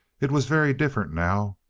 it was very different now.